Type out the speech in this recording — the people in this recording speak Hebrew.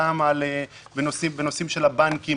גם בנושאים של הבנקים,